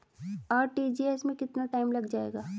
RTGS में कितना time लग जाएगा?